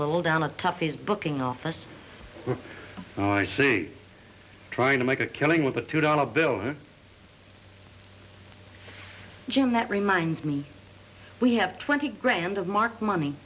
little down a tough he's booking office or c trying to make a killing with a two dollar bill jim that reminds me we have twenty grand of mark money